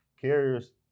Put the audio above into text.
Carriers